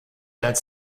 als